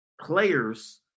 players